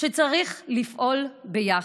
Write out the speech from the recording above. שצריך לפעול ביחד.